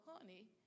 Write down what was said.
honey